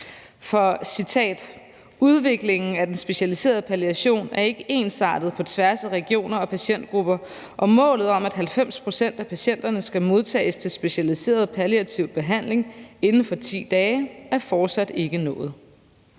For – citat – udviklingen af den specialiserede palliation er ikke ensartet på tværs af regioner og patientgrupper, og målet om, at 90 pct. af patienterne skal modtages til specialiseret palliativ behandling inden for 10 dage, er fortsat ikke nået.